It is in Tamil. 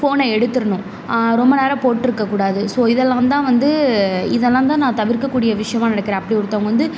ஃபோனை எடுத்துருணும் ரொம்ப நேரம் போட்யிருக்க கூடாது ஸோ இதெல்லாம் தான் வந்து இதெல்லாம் தான் நான் தவிர்க்க கூடிய விஷயமா நினக்கிறேன் அப்படி ஒருத்தவங்க வந்து